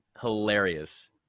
hilarious